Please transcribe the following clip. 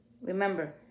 Remember